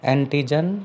Antigen